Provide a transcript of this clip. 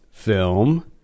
film